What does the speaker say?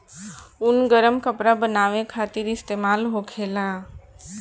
ऊन गरम कपड़ा बनावे खातिर इस्तेमाल होखेला